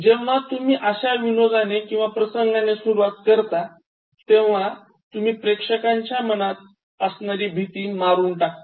जेव्हा तुम्ही अश्या विनोदाने किंवा प्रसंगाने सुरवात करता तेव्हा तुम्ही प्रेक्षकांच्या मनात असणारी भीती मारून टाकता